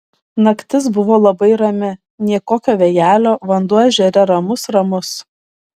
naktis buvo labai rami nė kokio vėjelio vanduo ežere ramus ramus